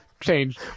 change